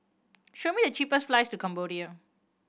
show me the cheapest flights to Cambodia